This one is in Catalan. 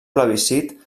plebiscit